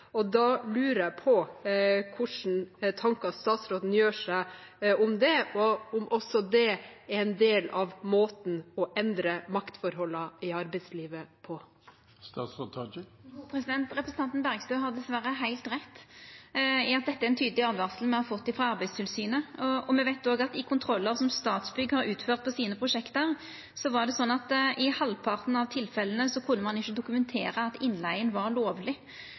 på hvilke tanker statsråden gjør seg om det, og om også det er en del av måten å endre maktforholdene i arbeidslivet på. Representanten Bergstø har dessverre heilt rett i at dette er ei tydeleg åtvaring me har fått frå Arbeidstilsynet. Me veit òg at i kontrollar som Statsbygg har utført på sine prosjekt, kunne ein i halvparten av tilfella ikkje dokumentera at innleiga var lovleg. Det viser jo at dette er altfor krevjande i dag. Ein